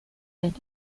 saint